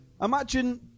imagine